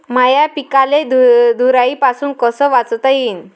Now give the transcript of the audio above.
माह्या पिकाले धुयारीपासुन कस वाचवता येईन?